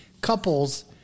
couples